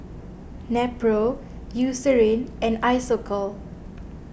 Nepro Eucerin and Isocal